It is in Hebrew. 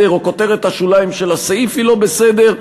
או שכותרת השוליים של הסעיף היא לא בסדר,